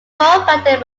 founded